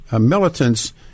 militants